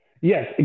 Yes